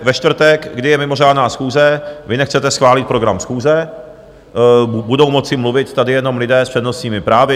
Ve čtvrtek, kdy je mimořádná schůze, vy nechcete schválit program schůze, budou moci mluvit tady jenom lidé s přednostními právy.